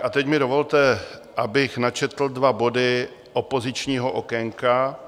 A teď mi dovolte, abych načetl dva body opozičního okénka.